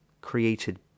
Created